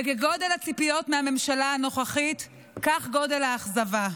וכגודל הציפיות מהממשלה הנוכחית כך גודל האכזבה.